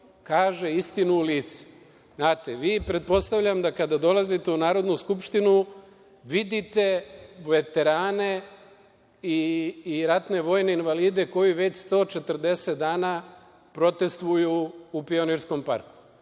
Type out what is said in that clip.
kaže istinu u licu. Pretpostavljam da vi kada dolazite u Narodnu skupštinu vidite veterane i ratne vojne invalide koji već 140 dana protestvuju u Pionirskom parku.